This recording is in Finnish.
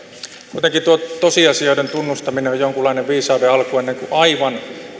muutenkin tuo tosiasioiden tunnustaminen on jonkinlainen viisauden alku ennen kuin aivan